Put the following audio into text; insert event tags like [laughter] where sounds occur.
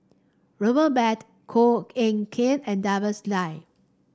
Robert bad Koh Eng Kian and [unintelligible]